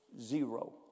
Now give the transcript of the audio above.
zero